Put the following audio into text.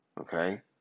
Okay